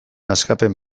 askapen